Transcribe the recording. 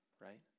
right